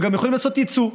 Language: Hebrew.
הם גם יכולים לעשות יצוא,